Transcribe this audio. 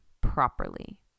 properly